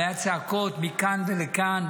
והיו צעקות מכאן ולכאן.